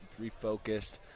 refocused